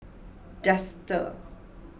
Dester